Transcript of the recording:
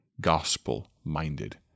gospel-minded